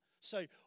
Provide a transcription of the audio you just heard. say